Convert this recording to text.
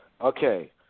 Okay